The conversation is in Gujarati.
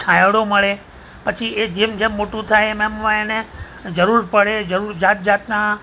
છાંયડો મળે પછી એ જેમ જેમ મોટું થાય એમ એમ એને જરૂર પડે જરૂર જાતજાતનાં